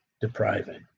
depriving